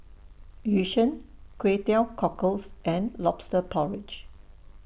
Yu Sheng Kway Teow Cockles and Lobster Porridge